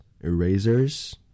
Erasers